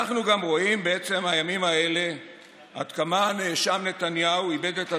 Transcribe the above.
אנחנו גם רואים בעצם הימים האלה עד כמה הנאשם נתניהו איבד את הדרך,